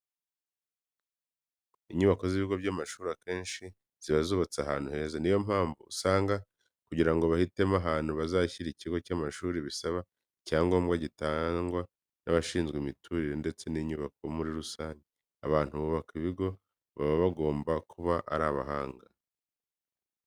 Inyubako z'ibigo by'amashuri akenshi ziba zubatse ahantu heza. Ni yo mpamvu usanga kugira ngo bahitemo ahantu bazashyira ikigo cy'amashuri bisaba icyangombwa gitangwa n'abashinzwe imiturire ndetse n'inyubako muri rusange. Abantu bubaka ibi bigo baba bagomba kuba ari abahanga.